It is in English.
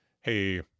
Hey